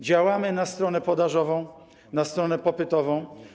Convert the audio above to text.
Działamy na stronę podażową, na stronę popytową.